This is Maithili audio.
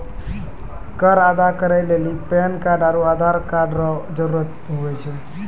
कर अदा करै लेली पैन कार्ड आरू आधार कार्ड रो जरूत हुवै छै